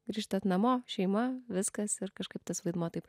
grįžtat namo šeima viskas ir kažkaip tas vaidmuo taip